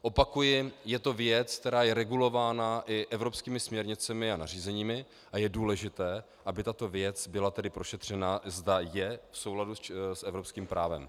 Opakuji, je to věc, která je regulována i evropskými směrnicemi a nařízeními, a je důležité, aby tato věc byla prošetřena, zda je v souladu s evropským právem.